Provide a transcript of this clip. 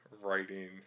writing